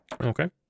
okay